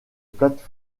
plate